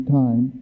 time